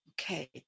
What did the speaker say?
Okay